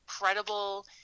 incredible